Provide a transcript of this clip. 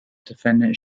defendant